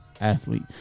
athlete